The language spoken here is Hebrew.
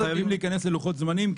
חייבים להיכנס ללוחות-זמנים,